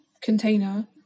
container